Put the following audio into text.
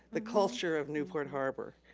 the culture of newport harbor.